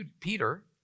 Peter